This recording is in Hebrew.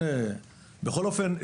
בכל אופן,